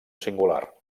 singular